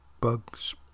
bugs